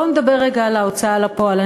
בואו נדבר רגע על ההוצאה לפועל,